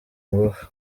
ngufu